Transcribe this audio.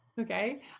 Okay